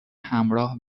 همراه